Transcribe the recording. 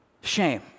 shame